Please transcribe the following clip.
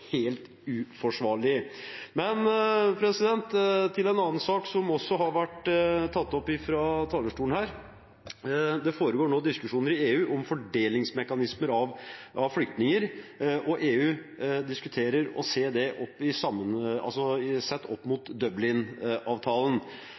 helt uforsvarlig. Men til en annen sak som også har vært tatt opp fra talerstolen her: Det foregår nå diskusjon i EU om fordelingsmekanismer av flyktninger. EU diskuterer og ser det i sammenheng med Dublin-avtalen. Jeg lurer på hvilken posisjon statsråden på vegne av Norge har inntatt i